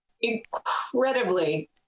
incredibly